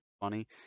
funny